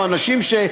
או אנשים,